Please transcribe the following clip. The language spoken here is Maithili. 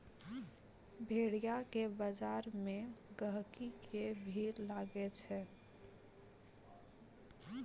भेड़िया के बजार मे गहिकी के भीड़ लागै छै